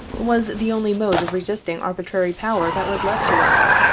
was the only mode of resisting arbitrary power that was left to us,